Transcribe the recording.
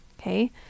Okay